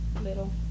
little